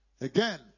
Again